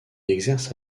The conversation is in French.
exerce